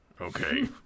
Okay